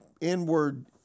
inward